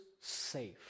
safe